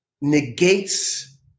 negates